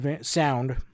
sound